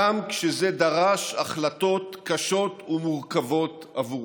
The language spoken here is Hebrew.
גם כשזה דרש החלטות קשות ומורכבות עבורו.